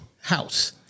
house